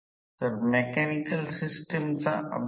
आता जर नजर टाकली तर1 समान 1 a आहे